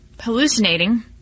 hallucinating